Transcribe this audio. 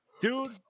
dude